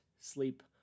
sleep